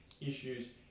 issues